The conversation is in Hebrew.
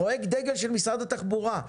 פרויקט דגל של משרד התחבורה,